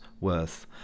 worth